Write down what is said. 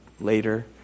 later